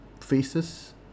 faces